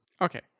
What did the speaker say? Okay